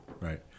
Right